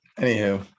Anywho